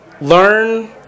learn